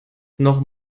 noch